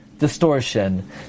Distortion